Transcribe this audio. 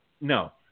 no